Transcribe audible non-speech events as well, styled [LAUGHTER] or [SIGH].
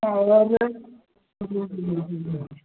और [UNINTELLIGIBLE]